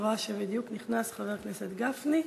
אני רואה שבדיוק נכנס חבר הכנסת גפני,